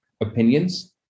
opinions